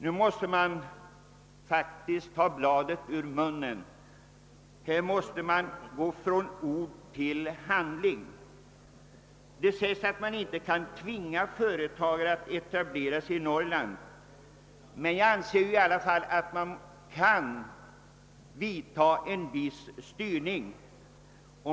Nu måste vi faktiskt ta bladet från munnen och gå från ord till handling. Det sägs att man inte kan tvinga företagare att etablera sig i Norrland, men jag anser att man ändå kan företa en viss styrning.